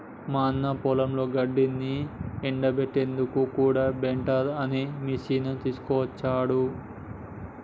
మా అన్న పొలంలో గడ్డిని ఎండపెట్టేందుకు కూడా టెడ్డర్ అనే మిషిని తీసుకొచ్చిండ్రు